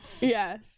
yes